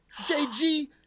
JG